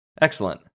Excellent